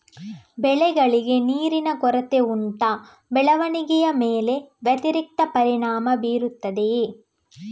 ಬೆಳೆಗಳಿಗೆ ನೀರಿನ ಕೊರತೆ ಉಂಟಾ ಬೆಳವಣಿಗೆಯ ಮೇಲೆ ವ್ಯತಿರಿಕ್ತ ಪರಿಣಾಮಬೀರುತ್ತದೆಯೇ?